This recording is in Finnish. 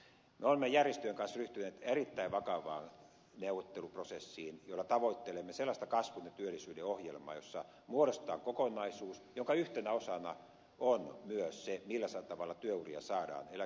me olemme järjestöjen kanssa ryhtyneet erittäin vakavaan neuvotteluprosessiin jolla tavoittelemme sellaista kasvun ja työllisyyden ohjelmaa jossa muodostetaan kokonaisuus jonka yhtenä osana on myös se millä tavalla työuria saadaan eläkepäästä venytettyä